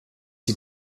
sie